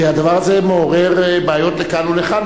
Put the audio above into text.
הדבר הזה מעורר בעיות לכאן ולכאן,